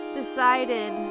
decided